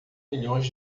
milhões